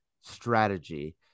strategy